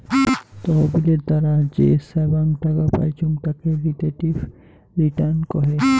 তহবিলের দ্বারা যে ছাব্যাং টাকা পাইচুঙ তাকে রিলেটিভ রিটার্ন কহে